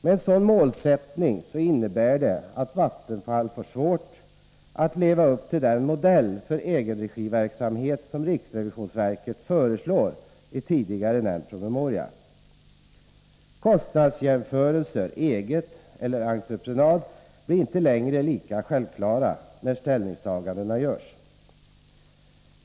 Med en sådan målsättning får Vattenfall svårt att leva upp till den modell för egenregiverksamhet som riksrevisionsverket föreslår i tidigare nämnd promemoria. Jämförelser av kostnaderna för egenregiverksamhet resp. för entreprenad blir inte längre lika självklara när ställningstagandena görs.